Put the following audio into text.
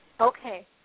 Okay